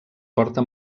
porta